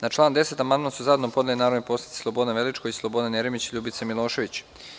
Na član 10. amandman su zajedno podneli narodni poslanici Slobodan Večković, Slobodan Jeremić i Ljubica Milošević.